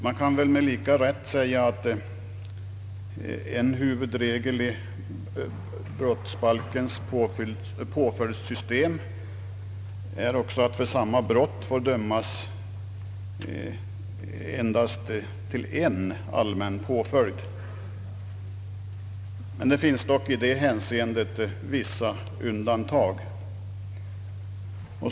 Man kan väl med lika stor rätt säga att en huvudregel i brottsbalkens påföljdssystem också är att för samma brott får dömas endast till en enda allmän påföljd. Det finns dock i det hänseendet vissa undantag.